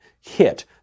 hit